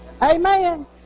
amen